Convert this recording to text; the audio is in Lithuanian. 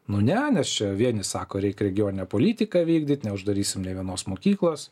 nu ne nes čia vieni sako reik regioninę politiką vykdyt neuždarysim nė vienos mokyklos